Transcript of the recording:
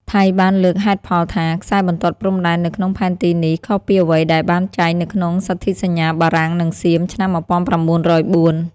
ថៃបានលើកហេតុផលថា ខ្សែបន្ទាត់ព្រំដែន នៅក្នុងផែនទីនេះ ខុសពីអ្វីដែលបានចែងនៅក្នុងសន្ធិសញ្ញាបារាំង-សៀម ឆ្នាំ១៩០៤។